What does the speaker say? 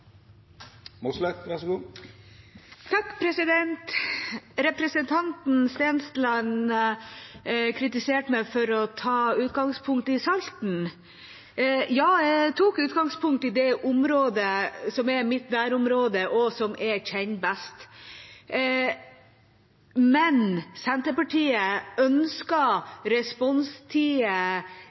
Representanten Stensland kritiserte meg for å ta utgangspunkt i Salten – ja, jeg tok utgangspunkt i det som er mitt nærområde, og som jeg kjenner best. Men Senterpartiet ønsker